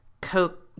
coke